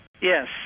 Yes